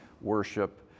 worship